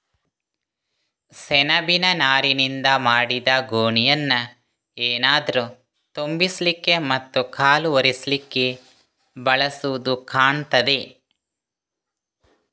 ಸೆಣಬಿನ ನಾರಿನಿಂದ ಮಾಡಿದ ಗೋಣಿಯನ್ನ ಏನಾದ್ರೂ ತುಂಬಿಸ್ಲಿಕ್ಕೆ ಮತ್ತೆ ಕಾಲು ಒರೆಸ್ಲಿಕ್ಕೆ ಬಳಸುದು ಕಾಣ್ತದೆ